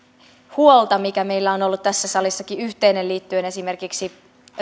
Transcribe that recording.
huolta mikä meillä on ollut tässä salissakin yhteinen liittyen esimerkiksi